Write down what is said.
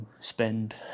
spend